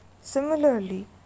similarly